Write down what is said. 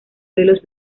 pelos